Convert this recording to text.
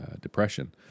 depression